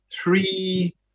three